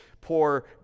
poor